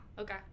Okay